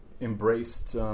embraced